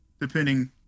depending